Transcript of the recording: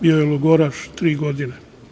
Bio je logoraš tri godine.